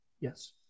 Yes